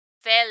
fell